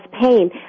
pain